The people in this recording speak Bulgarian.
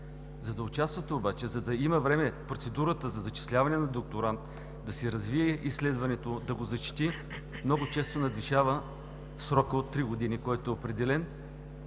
За да участва обаче, за да има време процедурата за зачисляване на докторант, да си развие изследването, да го зачете, много често надвишава срока от три години, който е определен,